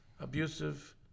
Abusive